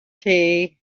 tea